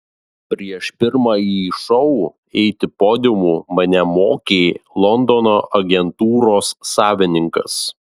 prieš pirmąjį šou eiti podiumu mane mokė londono agentūros savininkas